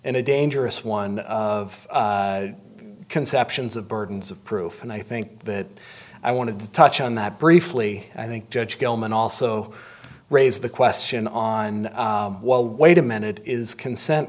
and a dangerous one of conceptions of burdens of proof and i think that i want to touch on that briefly i think judge gilman also raised the question on well wait a minute is consent